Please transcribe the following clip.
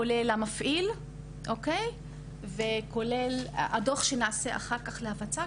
כולל המפעיל וכולל הדוח שנעשה אחר כך להפצה,